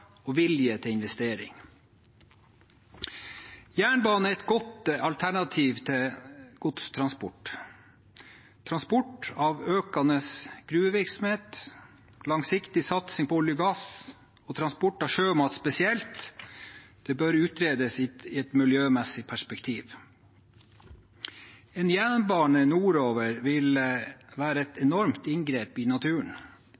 og vilje til investering. Jernbane er et godt alternativ til godstransport. Transport av økende gruvevirksomhet, langsiktig satsing på olje og gass og transport av sjømat spesielt bør utredes i et miljømessig perspektiv. En jernbane nordover vil være et